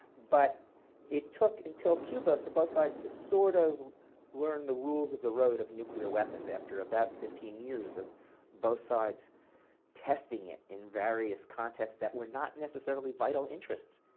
but it took until cuba for both sides to sort of learn the rules of the road of nuclear weapons, after about fifteen years of both sides testing it in various contexts that were not necessarily vital interests